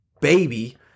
baby